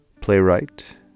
playwright